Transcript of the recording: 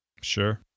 Sure